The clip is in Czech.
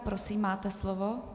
Prosím, máte slovo.